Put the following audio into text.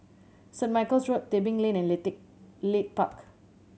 Saint Michael's Road Tebing Lane and Leith Park